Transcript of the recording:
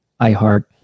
iHeart